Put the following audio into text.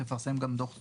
תפרסם גם דוח סופי.